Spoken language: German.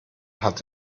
hat